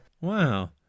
Wow